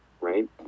right